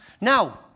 Now